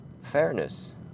fairness